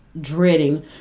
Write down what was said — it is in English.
dreading